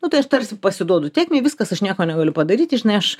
nu tai aš tarsi pasiduodu tėkmei viskas aš nieko negaliu padaryti žinai aš